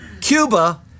Cuba